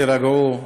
תירגעו.